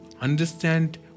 understand